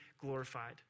glorified